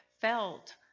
felt